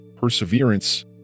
perseverance